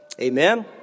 Amen